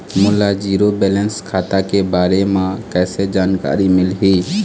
मोला zero balance खाता के बारे म कैसे जानकारी मिलही?